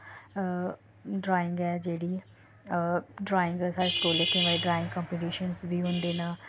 drawing ऐ जेह्ड़ी drawing साढ़े स्कूल च केईं बारी ड्राईंग कंपिटिशन बी होंदे न